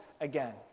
again